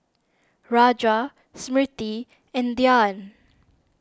Raja Smriti and Dhyan